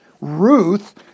Ruth